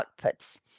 outputs